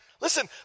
Listen